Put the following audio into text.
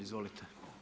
Izvolite.